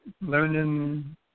learning